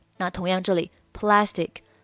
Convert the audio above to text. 那同样这里,plastic